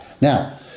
Now